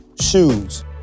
shoes